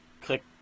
click